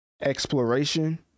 exploration